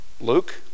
Luke